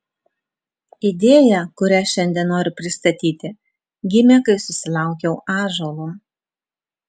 idėja kurią šiandien noriu pristatyti gimė kai susilaukiau ąžuolo